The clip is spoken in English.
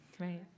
Right